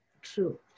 True